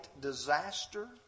disaster